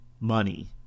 money